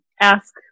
ask